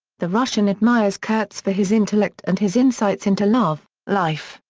the russian admires kurtz for his intellect and his insights into love, life,